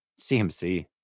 CMC